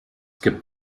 gibt